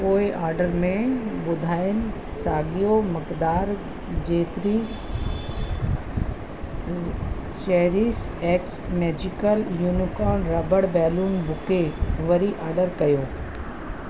पोइ ऑडर में ॿुधायल साॻियो मकदार जेतरी cherish x magical unicorn rubber balloon bouquet वरी ऑडर कयो